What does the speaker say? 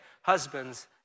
husbands